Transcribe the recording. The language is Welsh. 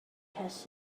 ces